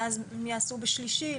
והם יעשו בשלישי,